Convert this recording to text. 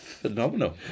Phenomenal